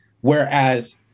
Whereas